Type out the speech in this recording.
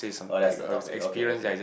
oh that's the topic okay okay